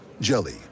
Jelly